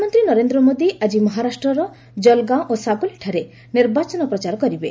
ପ୍ରଧାନମନ୍ତ୍ରୀ ନରେନ୍ଦ୍ର ମୋଦି ଆଜି ମହାରାଷ୍ଟ୍ରର ଜଲଗାଓଁ ଓ ଶାକୁଲିଠାରେ ନିର୍ବାଚନ ପ୍ରଚାର କରିବେ